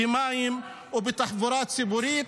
במים ובתחבורה ציבורית.